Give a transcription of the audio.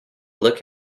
look